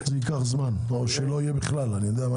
זה ייקח זמן, או שלא יהיה בכלל, אני יודע?